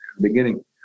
beginning